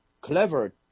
clever